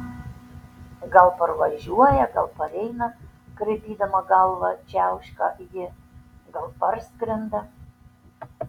gal parvažiuoja gal pareina kraipydama galvą čiauška ji gal parskrenda